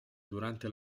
durante